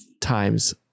times